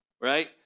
right